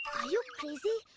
you crazy!